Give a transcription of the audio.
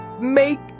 make